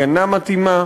הגנה מתאימה,